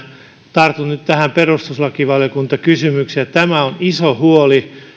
tartun nyt tähän perustuslakivaliokuntakysymykseen tämä on iso huoli